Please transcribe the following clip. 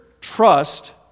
trust